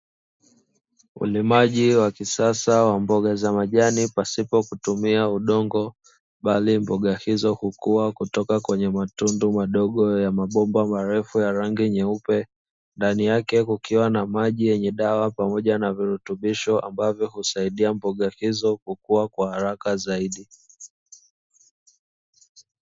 Ulimaji wa kisasa wa mboga za majani pasipo kutumia udongo, bali mboga hizo hukua kutoka kwenye matundu madogo ya mabomba marefu ya rangi nyeupe, ndani yake kukiwa na maji yenye dawa pamoja na virutubisho ambavyo husaidia mboga hizo kukua kwa haraka zaidi.